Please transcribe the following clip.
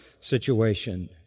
situation